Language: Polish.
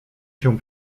się